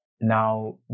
now